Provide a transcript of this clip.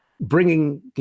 bringing